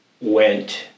went